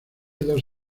dos